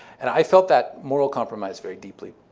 and i felt that moral compromise very deeply.